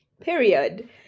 Period